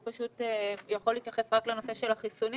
אני פותחת את דיון הוועדה בנושא: נתוני